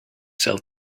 sell